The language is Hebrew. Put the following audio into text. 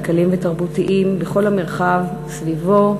כלכליים ותרבותיים בכל המרחב סביבו.